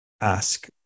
ask